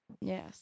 Yes